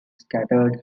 scattered